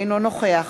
אינו נוכח